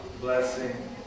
blessing